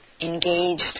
engaged